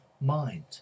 mind